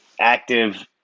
active